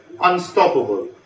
unstoppable